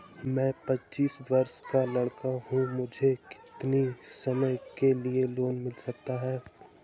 मैं पच्चीस वर्ष का लड़का हूँ मुझे कितनी समय के लिए लोन मिल सकता है?